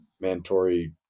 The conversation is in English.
mandatory